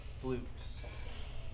flutes